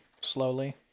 slowly